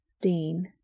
Dean